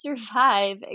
survive